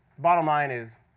bottom line is,